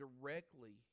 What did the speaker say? directly